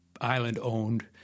island-owned